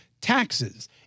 taxes